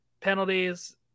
penalties